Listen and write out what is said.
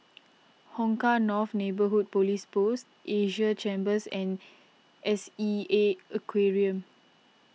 Hong Kah North Neighbourhood Police Post Asia Chambers and S E A Aquarium